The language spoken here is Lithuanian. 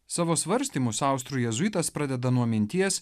savo svarstymus austrų jėzuitas pradeda nuo minties